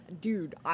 Dude